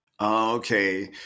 Okay